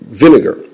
vinegar